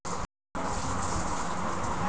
खाता खोले के कहवा खातिर कम से कम केतना पइसा चाहीं?